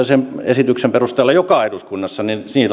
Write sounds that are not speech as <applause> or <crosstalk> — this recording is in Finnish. <unintelligible> sen esityksen perusteella joka on eduskunnassa